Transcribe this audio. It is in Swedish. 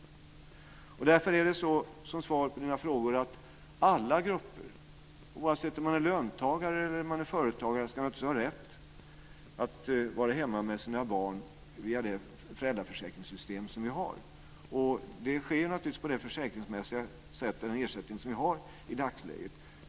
Som svar på Lena Eks frågor vill jag säga att alla grupper, oavsett om man är löntagare eller företagare, naturligtvis ska ha rätt att vara hemma med sina barn via det föräldraförsäkringssystem som vi har. Det sker naturligtvis på de försäkringsmässiga villkor och med den ersättning som vi har i dagsläget.